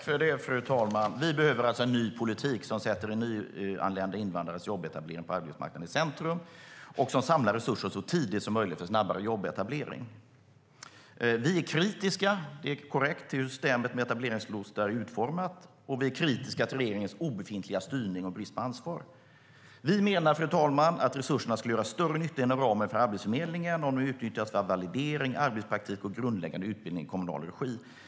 Fru talman! Vi behöver en ny politik som sätter nyanlända invandrares jobbetablering på arbetsmarknaden i centrum och samlar resurser så tidigt som möjligt för snabbare jobbetablering. Vi är kritiska - det är korrekt uppfattat - till hur systemet med etableringslotsar är utformat, och vi är kritiska till regeringens obefintliga styrning och brist på ansvar. Vi menar att resurserna skulle göra större nytta inom ramen för Arbetsförmedlingen om de utnyttjas för validering, arbetspraktik och grundläggande utbildning i kommunal regi.